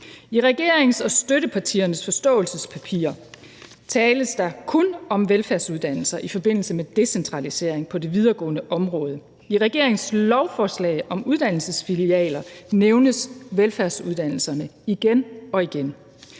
I regeringens og støttepartiernes forståelsespapir tales der kun om velfærdsuddannelser i forbindelse med decentralisering på det videregående område. I regeringens lovforslag om uddannelsesfilialer nævnes velfærdsuddannelserne igen og igen.